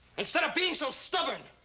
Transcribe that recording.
instead of being so stubborn!